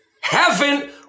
heaven